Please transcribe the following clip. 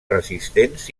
resistents